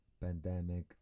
pandemic